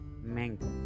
mango